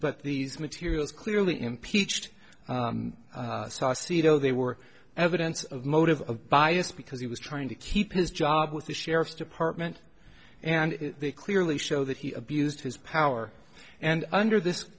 but these materials clearly impeached sausalito they were evidence of motive of bias because he was trying to keep his job with the sheriff's department and they clearly show that he abused his power and under